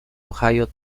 ohio